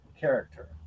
character